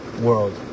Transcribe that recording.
world